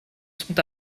sont